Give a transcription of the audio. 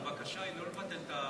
הבקשה היא לא לבטל את,